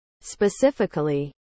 Specifically